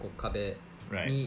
Right